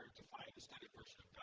to find the static version of